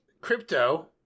crypto